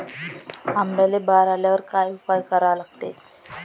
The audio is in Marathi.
आंब्याले बार आल्यावर काय उपाव करा लागते?